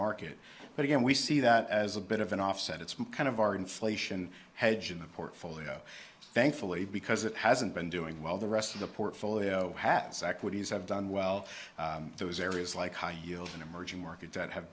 market but again we see that as a bit of an offset it's kind of our inflation hedge in the portfolio thankfully because it hasn't been doing well the rest of the portfolio equities have done well those areas like high yield in emerging markets that have